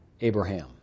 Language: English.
Abraham